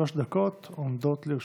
שלוש דקות לרשותך.